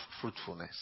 fruitfulness